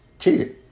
cheated